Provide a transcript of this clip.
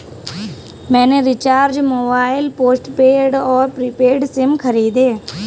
मैंने recharge mobile postpaid और prepaid sim खरीदे